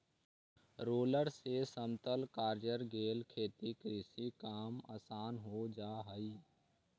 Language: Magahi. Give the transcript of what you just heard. रोलर से समतल कईल गेल खेत में कृषि काम आसान हो जा हई